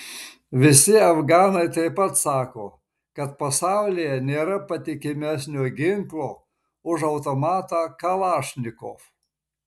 visi afganai taip pat sako kad pasaulyje nėra patikimesnio ginklo už automatą kalašnikov